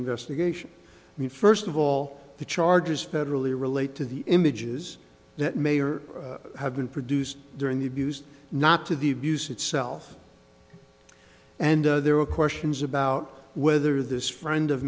investigation i mean first of all the charges federally relate to the images that may or have been produced during the abuse not to the abuse itself and there are questions about whether this friend of